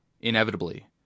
Inevitably